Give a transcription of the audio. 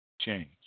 change